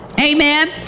Amen